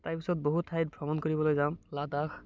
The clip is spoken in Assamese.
তাৰপিছত বহুত ঠাইত ভ্ৰমণ কৰিবলৈ যাম লাডাখ